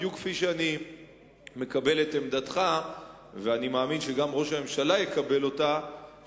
בדיוק כפי שאני מקבל את עמדתך ואני מאמין שגם ראש הממשלה יקבל אותה,